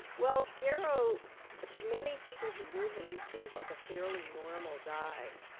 well garrow to many people who knew him, he seemed like a fairly normal guy.